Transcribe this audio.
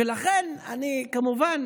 ולכן, כמובן